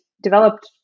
developed